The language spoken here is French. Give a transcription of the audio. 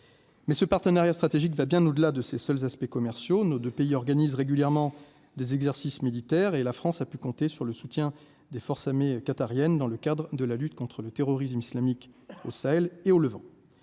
mais ce partenariat stratégique va bien, nous, de la, de ses seuls aspects commerciaux, nos 2 pays organisent régulièrement des exercices militaires et la France a pu compter sur le soutien des forces amies qatariennes dans le cadre de la lutte contre le terrorisme islamique au Sahel et au Levant,